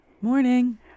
Morning